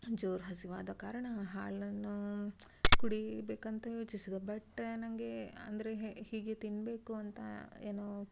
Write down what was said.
ಜೋರು ಹಸಿವಾದ ಕಾರಣ ಹಾಲನ್ನು ಕುಡಿಬೇಕಂತ ಯೋಚಿಸಿದೆ ಬಟ್ ನಂಗೆ ಅಂದರೆ ಹೀಗೆ ತಿನ್ಬೇಕು ಅಂತ ಏನೋ